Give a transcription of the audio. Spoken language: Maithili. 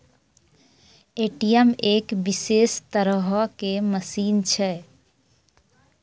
ए.टी.एम एक विशेष तरहो के मशीन छै